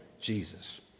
Jesus